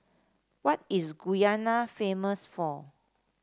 what is Guyana famous for